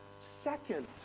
second